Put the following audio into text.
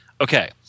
okay